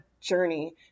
journey